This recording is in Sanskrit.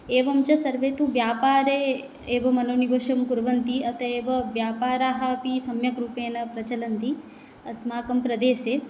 एवं च सर्वे तु व्यापारे एव मनोनिवेशं कुर्वन्ति अतेऽव व्यापाराः अपि सम्यक् रूपेण प्रचलन्ति अस्माकं प्रदेशे